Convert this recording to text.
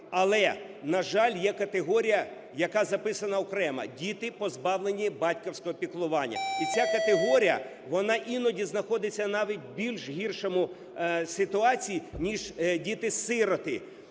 Але, на жаль, є категорія, яка записана окремо: "діти, позбавлені батьківського піклування". І ця категорія, вона іноді знаходиться навіть в більш гіршій ситуації, ніж діти-сироти.